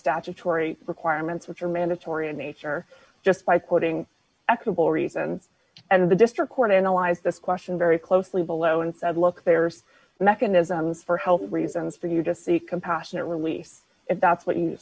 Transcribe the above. statutory requirements which are mandatory in nature just by putting ethical reason and the district court analyzed this question very closely below and said look there's mechanisms for health reasons for you to see compassionate release if that's what you